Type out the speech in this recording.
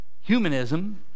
humanism